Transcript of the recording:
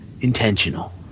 intentional